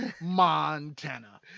montana